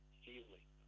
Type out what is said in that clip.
feeling